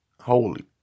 holy